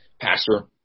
pastor